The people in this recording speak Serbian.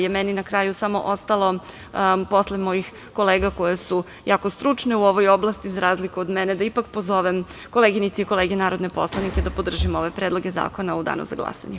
Meni je na kraju samo ostalo da posle mojih kolega koji su jako stručni u ovoj oblasti, za razliku od mene, ipak pozovem koleginice i kolege narodne poslanike da podržimo ove predloge zakona u danu za glasanje.